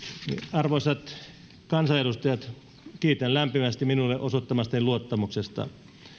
arvoisat kansanedustajat kiitän lämpimästi minulle osoittamastanne luottamuksesta